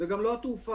וגם לא התעופה.